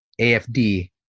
AFD